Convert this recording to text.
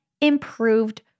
improved